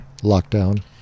lockdown